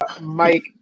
Mike